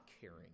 caring